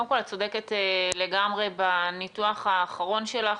קודם כל, את צודקת לגמרי בניתוח האחרון שלך.